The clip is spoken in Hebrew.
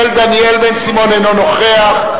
של דניאל בן-סימון, אינו נוכח.